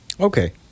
Okay